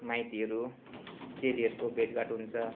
माइतीहरू चेलीहरूको भेटघाट हुन्छ